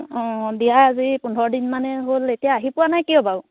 অঁ দিয়া আজি পোন্ধৰ দিন মানে হ'ল এতিয়া আহি পোৱা নাই কিয় বাৰু